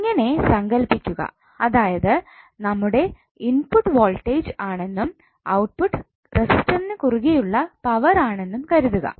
ഇങ്ങനെ സങ്കൽപ്പിക്കുക അതായത് നമ്മുടെ ഇൻപുട്ട് വോൾട്ടേജ് ആണെന്നും ഔട്ട്പുട്ട് റസിസ്റ്ററിന് കുറുകെയുള്ള പവർ ആണെന്നും കരുതുക